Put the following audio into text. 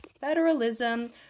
federalism